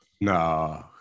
No